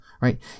right